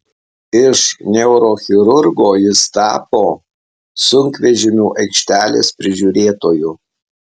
iš neurochirurgo jis tapo sunkvežimių aikštelės prižiūrėtoju